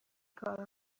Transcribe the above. کار